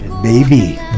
Baby